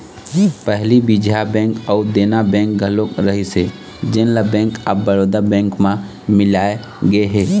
पहली विजया बेंक अउ देना बेंक घलोक रहिस हे जेन ल बेंक ऑफ बड़ौदा बेंक म मिलाय गे हे